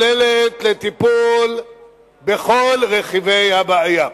כוללת לטיפול בכל רכיבי הבעיה.